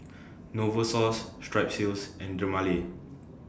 Novosource Strepsils and Dermale